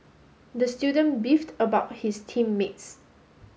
the student beefed about his team mates